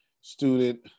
student